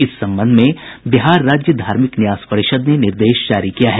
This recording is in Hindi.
इस संबंध में बिहार राज्य धार्मिक न्यास परिषद ने निर्देश जारी किया है